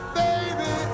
baby